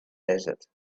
desert